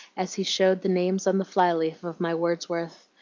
as he showed the names on the fly leaf of my wordsworth,